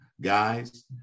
Guys